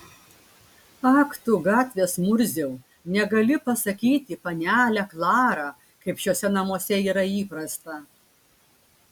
ak tu gatvės murziau negali pasakyti panelę klarą kaip šiuose namuose yra įprasta